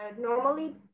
normally